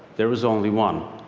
there is only one,